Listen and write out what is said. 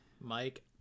Mike